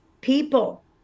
People